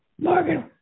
Morgan